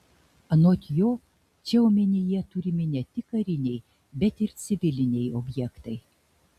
anot jo čia omenyje turimi ne tik kariniai bet ir civiliniai objektai